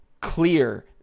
clear